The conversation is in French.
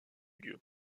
lieu